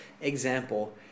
Example